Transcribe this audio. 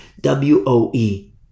W-O-E